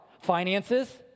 Finances